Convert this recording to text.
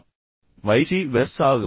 அவளைக் குற்றம் சொல்லாதீர்கள் நேர்மாறாகவும்